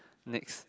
next